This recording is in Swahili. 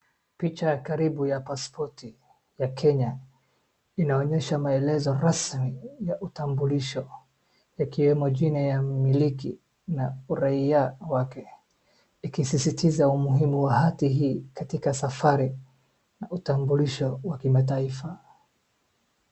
Picha ya karibu ya pasipoti ya Kenya inaonyesha maelezo rasmi ya utambulisho yakiwemo jina ya mmiliki na uraia wake ikisisitiza umuhimu wa hati hii katika safari na utambulisho wa kimataifa.